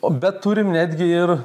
o bet turim netgi ir